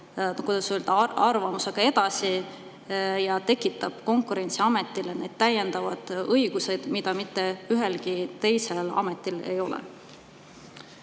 kuidas öelda, [lahendusega] edasi ja tekitab Konkurentsiametile need täiendavad õigused, mida mitte ühelgi teisel ametil ei ole?